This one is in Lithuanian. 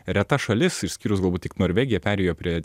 reta šalis išskyrus galbūt tik norvegiją perėjo prie